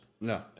no